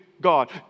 God